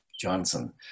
Johnson